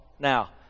Now